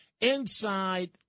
inside